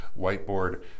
whiteboard